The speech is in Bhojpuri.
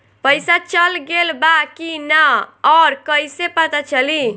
पइसा चल गेलऽ बा कि न और कइसे पता चलि?